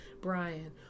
Brian